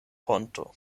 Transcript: ponto